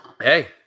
Hey